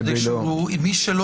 לקיים דיון, לשמוע